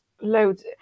loads